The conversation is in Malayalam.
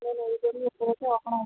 ഇവിടെ ലൈബ്രറി എപ്പോഴൊക്കെ ഓപ്പണായിരിക്കും